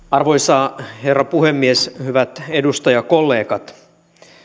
arvoisa herra puhemies hyvät edustajakollegat